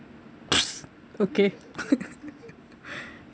okay